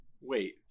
wait